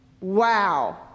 wow